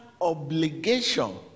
obligation